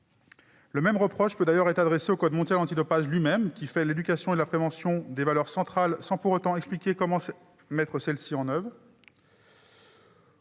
Le même reproche peut d'ailleurs être adressé au code mondial antidopage lui-même, qui fait de l'éducation et de la prévention des valeurs centrales, sans pour autant expliquer comment mettre celles-ci en oeuvre.